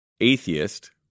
atheist